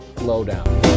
Lowdown